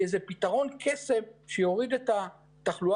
אבל אנחנו לא חושבים שהם מספיק טובים כדי לקבל התמחות